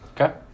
Okay